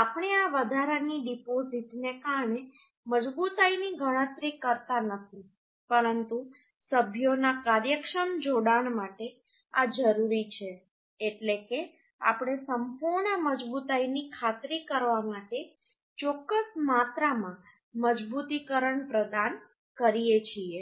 આપણે આ વધારાની ડિપોઝિટને કારણે મજબૂતાઈ ની ગણતરી કરતા નથી પરંતુ સભ્યોના કાર્યક્ષમ જોડાણ માટે આ જરૂરી છે એટલે કે આપણે સંપૂર્ણ મજબૂતાઈ ની ખાતરી કરવા માટે ચોક્કસ માત્રામાં મજબૂતીકરણ પ્રદાન કરીએ છીએ